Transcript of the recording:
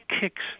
kicks